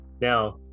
Now